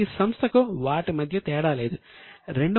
ఈ సంస్థకు వాటి మధ్య తేడా లేదు రెండు మొత్తాలు ఒకే విధంగా ఉన్నాయి